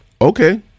Okay